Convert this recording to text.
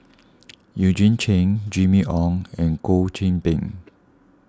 Eugene Chen Jimmy Ong and Goh Qiu Bin